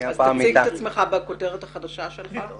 אז הצג את עצמך בכותרת החדשה שלך.